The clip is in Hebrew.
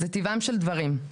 זה טיבם של דברים.